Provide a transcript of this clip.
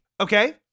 Okay